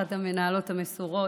אחת המנהלות המסורות,